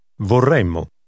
Vorremmo